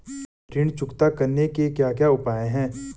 ऋण चुकता करने के क्या क्या उपाय हैं?